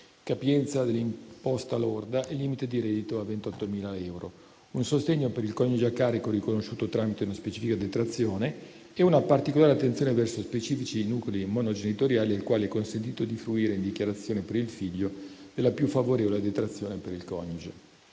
capienza dell'imposta lorda e limite di reddito a 28.000 euro - offrendo un sostegno per il coniuge a carico riconosciuto tramite una specifica detrazione e una particolare attenzione verso specifici nuclei monogenitoriali (ai quali è consentito fruire in dichiarazione, per il figlio, della più favorevole detrazione per il coniuge).